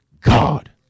God